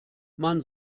man